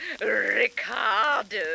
Ricardo